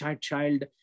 child